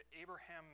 Abraham